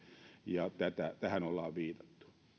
ja tähän ollaan viitattu